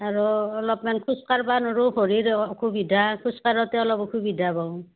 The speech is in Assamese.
আৰু অলপমান খোজকাঢ়িব নোৱাৰোঁ ভৰিৰ অসুবিধা খোজকাঢ়োঁতে অলপ অসুবিধা পাওঁ